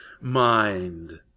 mind